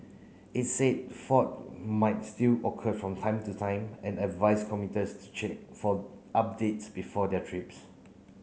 it said fault might still occur from time to time and advised commuters to check for updates before their trips